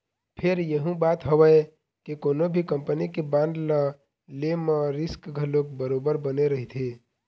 फेर यहूँ बात हवय के कोनो भी कंपनी के बांड ल ले म रिस्क घलोक बरोबर बने रहिथे